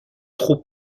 trop